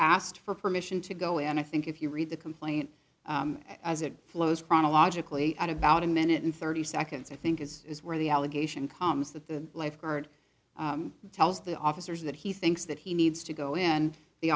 asked for permission to go and i think if you read the complaint as it flows chronologically at about a minute and thirty seconds i think is is where the allegation comes that the lifeguard tells the officers that he thinks that he needs to go in